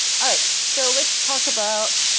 all right. so let's talk about,